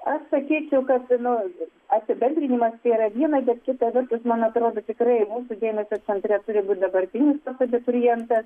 aš sakyčiau kad nu apibendrinimas tai yra viena bet kita vertus man atrodo tikrai mūsų dėmesio centre turi būti dabartinis tas abiturientas